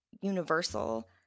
universal